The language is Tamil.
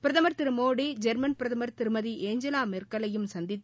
பிரதமர் திரு மோடி ஜெர்மன் பிரதமர் திருமதி ஏஞ்சலா மெர்கலையும் சந்தித்து